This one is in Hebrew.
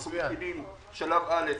אנחנו מפעילים שלב א',